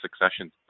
succession